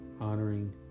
honoring